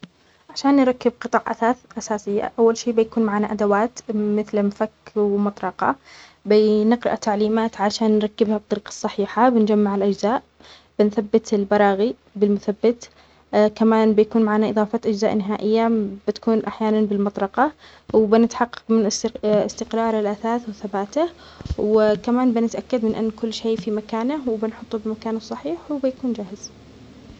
عشان نركب قطع أثاث أساسية، أول شيء بيكون معانا أدوات مثل مفك ومطرقة، بنقرء تعليمات عشان نركبها بالطريقة الصحيحة، بنجمع الأجزاء بنثبت البراغي بالمثبت كمان بيكون معانا إضافة أجزاء نهائية بتكون أحيانا بالمطرقة وبنتحقق من استق-استقرار الأثاث وثباته، وكمان بنتأكد من أن كل شيء في مكانه وبنحطه بمكانه الصحيح وبيكون جاهز.